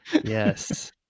Yes